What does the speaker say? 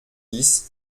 dix